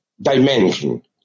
dimension